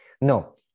No